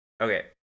okay